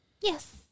Yes